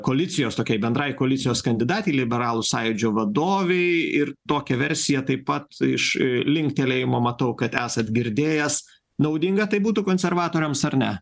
koalicijos tokiai bendrai koalicijos kandidatei liberalų sąjūdžio vadovei ir tokią versiją taip pat iš linktelėjimo matau kad esat girdėjęs naudinga tai būtų konservatoriams ar ne